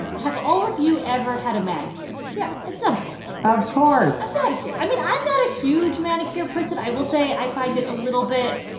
and have all of you ever had a manicure. yeah. at some point? of course a pedicure? i mean, i'm not a huge manicure person. i will say i find it a little bit,